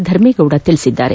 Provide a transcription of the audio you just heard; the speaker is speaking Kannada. ಧರ್ಮೇಗೌಡ ತಿಳಿಸಿದ್ದಾರೆ